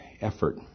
effort